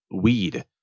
weed